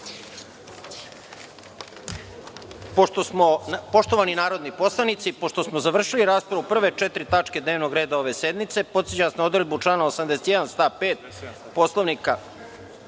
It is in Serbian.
u celini. Poštovani narodni poslanici, pošto smo završili raspravu o prve četiri tačke dnevnog reda ove sednice, podsećam vas na odredbu člana 81. Poslovnika